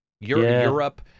Europe